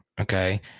okay